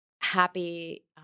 happy